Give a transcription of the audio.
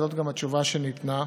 וזאת גם התשובה שניתנה.